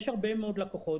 יש הרבה מאוד לקוחות,